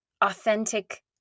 authentic